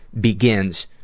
begins